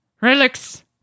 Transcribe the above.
Relics